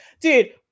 dude